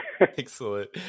Excellent